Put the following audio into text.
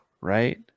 Right